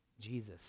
Jesus